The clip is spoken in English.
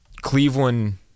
Cleveland